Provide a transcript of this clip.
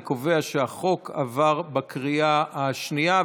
אני קובע שהחוק עבר בקריאה השנייה.